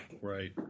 Right